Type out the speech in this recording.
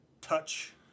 touch